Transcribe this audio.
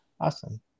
awesome